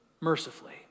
mercifully